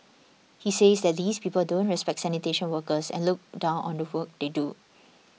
he says that these people don't respect sanitation workers and look down on the work they do